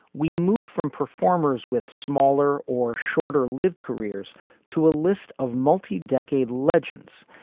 we move from performers with smaller or shorter lived careers to a list of multi decade legends.